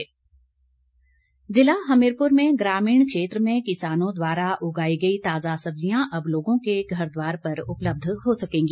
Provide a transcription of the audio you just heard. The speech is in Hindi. ई कार्ट ऐप ज़िला हमीरपुर में ग्रामीण क्षेत्र में किसानों द्वारा उगाई गई ताज़ा सब्ज़ियां अब लोगों के घरद्वार पर उपलब्ध हो सकेंगी